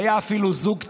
והיה אפילו זוג צעיר,